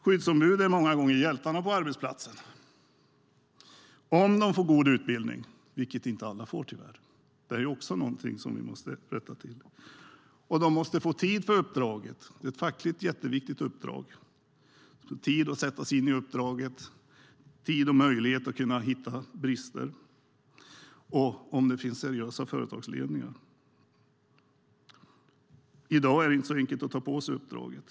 Skyddsombuden är många gånger hjältarna på arbetsplatserna, om de får god utbildning. Det får tyvärr inte alla, och det är också någonting som vi måste se till. De måste få tid för uppdraget - ett jätteviktigt fackligt uppdrag. Det måste få tid att sätta sig in i uppdraget, tid och möjlighet att hitta brister - om det finns seriösa företagsledningar. I dag är det inte så enkelt att ta på sig uppdraget.